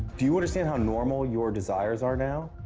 do you understand how normal your desires are now?